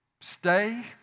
Stay